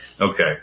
Okay